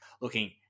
looking